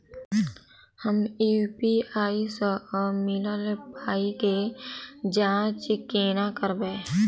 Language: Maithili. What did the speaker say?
हम यु.पी.आई सअ मिलल पाई केँ जाँच केना करबै?